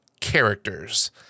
characters